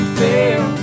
fail